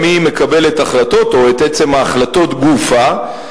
היא מקבלת החלטות או את עצם ההחלטות גופא,